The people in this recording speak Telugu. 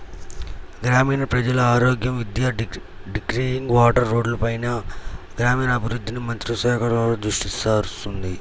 గ్రామీణ ప్రజల ఆరోగ్యం, విద్య, డ్రింకింగ్ వాటర్, రోడ్లపైన గ్రామీణాభివృద్ధి మంత్రిత్వ శాఖ దృష్టిసారిస్తుంది